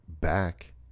back